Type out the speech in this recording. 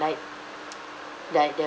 like like the